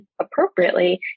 appropriately